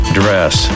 dress